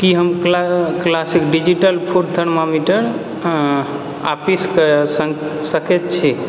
की हम classic digital food thermometer आपिस कऽ सकैत छी